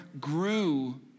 grew